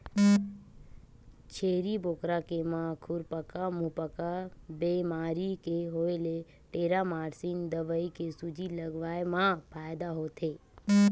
छेरी बोकरा के म खुरपका मुंहपका बेमारी के होय ले टेरामारसिन दवई के सूजी लगवाए मा फायदा होथे